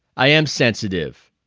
i am sensitive.